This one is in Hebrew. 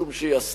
משום שהיא עשתה,